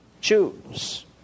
choose